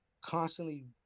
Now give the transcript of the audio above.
constantly